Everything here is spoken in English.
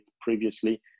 previously